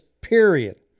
period